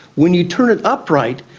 when you turn it upright,